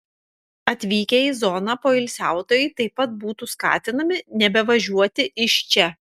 atvykę į zoną poilsiautojai taip pat būtų skatinami nebevažiuoti iš čia